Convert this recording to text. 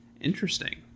Interesting